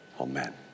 amen